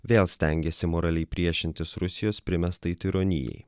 vėl stengėsi moraliai priešintis rusijos primestai tironijai